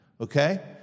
Okay